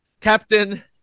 Captain